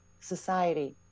society